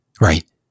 Right